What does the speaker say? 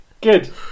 Good